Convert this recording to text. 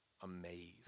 amazed